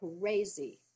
crazy